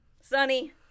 Sunny